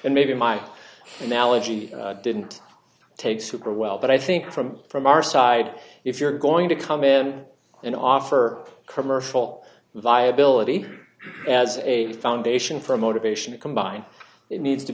and maybe my analogy didn't take super well but i think from from our side if you're going to come in and offer commercial viability as a foundation for motivation to combine it needs to